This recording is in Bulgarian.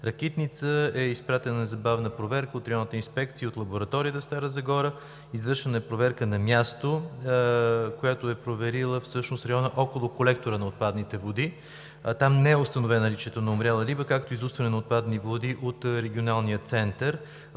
Ракитница е изпратена незабавна проверка от Районната инспекция и от лабораторията в Стара Загора. Извършена е проверка на място, която е проверила всъщност около колектора на отпадните води. Там не е установено наличието на умряла риба, както и заустване на отпадни води от Регионалния център.